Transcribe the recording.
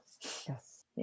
Yes